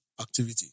activity